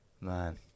Man